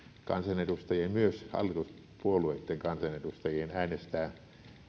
kansanedustajien myös hallituspuolueitten kansanedustajien äänestää